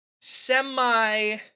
semi